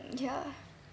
ya